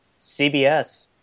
CBS